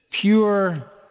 pure